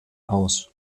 aus